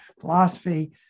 philosophy